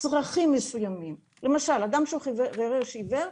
צרכים מסוימים, למשל אדם שהוא חירש ועיוור,